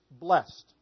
blessed